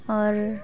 ᱚᱨ